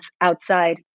outside